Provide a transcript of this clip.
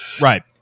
right